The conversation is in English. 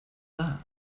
that